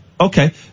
Okay